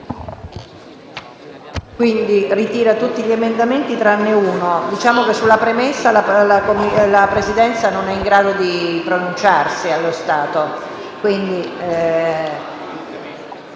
Quindi, ritira tutti gli emendamenti tranne uno? Sulla premessa la Presidenza non è in grado di pronunciarsi, allo stato.